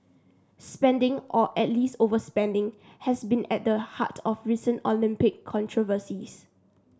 spending or at least overspending has been at the heart of recent Olympic controversies